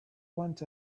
went